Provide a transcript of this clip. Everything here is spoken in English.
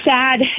sad